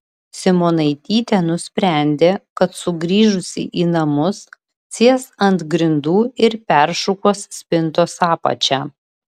simonaitytė nusprendė kad sugrįžusi į namus sės ant grindų ir peršukuos spintos apačią